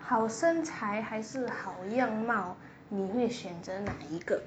好身材还是好样貌你会选择哪一个